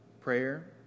prayer